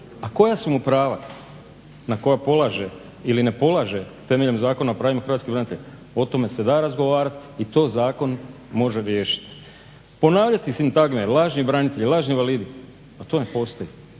Pa koja su mu prava na koja polaže ili ne polaže temeljem Zakona o pravima hrvatskih branitelja o tome se da razgovarati i to zakon može riješiti. Ponavljati sintagme lažni branitelji, lažni invalidi pa to ne postoji.